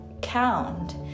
count